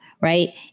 right